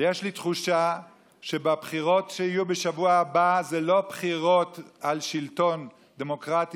יש לי תחושה שהבחירות שיהיו בשבוע הבא הן לא בחירות על שלטון דמוקרטי